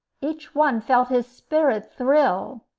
each one felt his spirit thrill.